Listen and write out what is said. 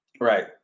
Right